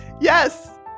Yes